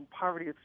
poverty